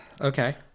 Okay